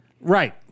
Right